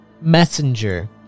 messenger